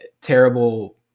terrible